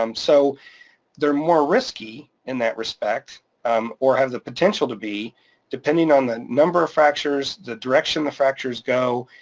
um so they're more risky in that respect um or have the potential to be depending on the number of fractures, the direction the fractures go,